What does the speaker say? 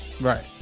Right